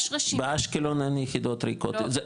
יש רשימות --- באשקלון אין יחידות ריקות.